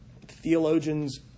theologians